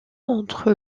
entre